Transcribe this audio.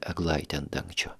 eglaitę ant dangčio